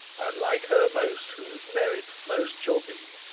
like her most whose merit most shall be